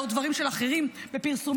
לא דברים של אחרים בפרסומים,